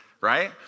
right